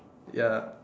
ya